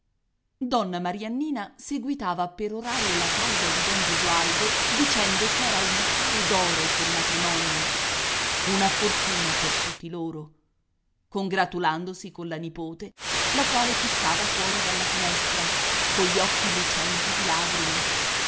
aspettare donna mariannina seguitava a perorare la causa di don gesualdo dicendo ch'era un affare d'oro quel matrimonio una fortuna per tutti loro congratulandosi con la nipote la quale fissava fuori dalla finestra cogli occhi lucenti di lagrime